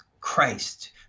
Christ